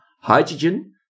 hydrogen